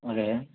అదే